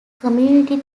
community